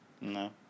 No